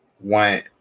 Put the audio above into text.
went